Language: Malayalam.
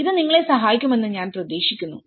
ഇത് നിങ്ങളെ സഹായിക്കുമെന്ന് ഞാൻ പ്രതീക്ഷിക്കുന്നു